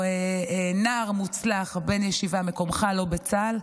נער מוצלח בן ישיבה, מקומך לא בצה"ל,